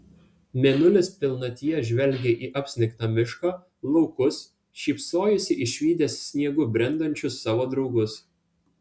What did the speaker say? mėnulis pilnatyje žvelgė į apsnigtą mišką laukus šypsojosi išvydęs sniegu brendančius savo draugus